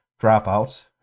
dropouts